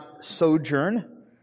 sojourn